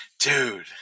dude